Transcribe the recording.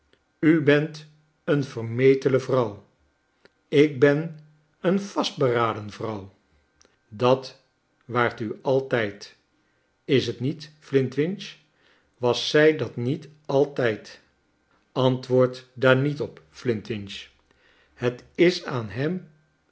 u bent een vermetele vrouw ik ben een vastberaden vrouw dat waart u altijd is t niet r flintwinch was zij dat niet altijd t r antwoord daar niet op flintwinch het is aan hem